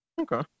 Okay